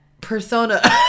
Persona